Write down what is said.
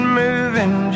moving